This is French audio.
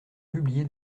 publié